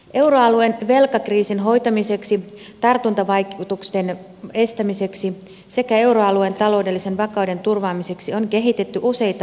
euroalueen velkakriisin hoitamiseksi tartuntavaikutusten estämiseksi sekä euroalueen taloudellisen vakauden turvaamiseksi on kehitetty useita välineitä